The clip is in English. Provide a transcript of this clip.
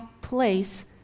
place